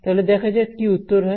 তাহলে দেখা যাক কি উত্তর হয়